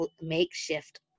makeshift